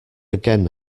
again